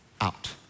out